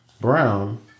brown